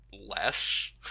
less